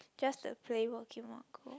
just to play Pokemon Go